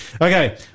Okay